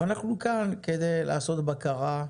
ואנחנו כאן כדי לעשות בקרה.